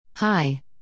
Hi